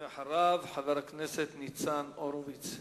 ואחריו, חבר הכנסת ניצן הורוביץ.